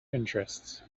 interests